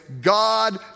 God